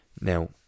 Now